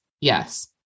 yes